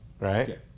Right